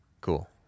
cool